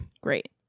Great